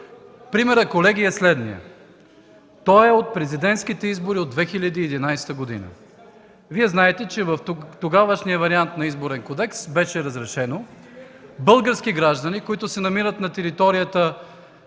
Примерът, колеги, е следният и става въпрос за президентските избори от 2011 г. Знаете, че в тогавашния вариант на Изборен кодекс беше разрешено български граждани, които се намират на територията